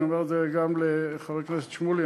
אני אומר את זה גם לחבר הכנסת שמולי,